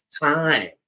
time